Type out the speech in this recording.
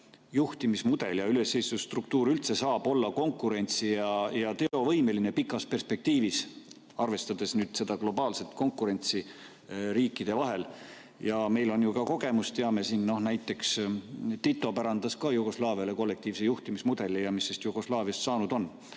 juhtimismudel ja ülesehituse struktuur üldse saab olla konkurentsi‑ ja teovõimeline pikas perspektiivis, arvestades globaalset konkurentsi riikide vahel? Ja meil on ju ka kogemusi, me teame, et näiteks Tito pärandas Jugoslaaviale kollektiivse juhtimise mudeli ja mis sest Jugoslaaviast saanud on.